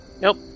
Nope